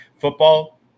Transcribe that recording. Football